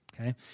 Okay